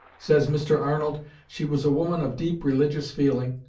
says mr. arnold she was a woman of deep religious feeling,